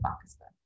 Pakistan